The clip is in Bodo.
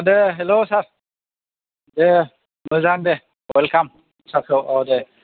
दे हेल' सार दे मोजां दे वेल खाम सारखौ औ दे